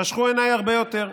חשכו עיניי הרבה יותר.